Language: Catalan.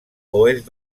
oest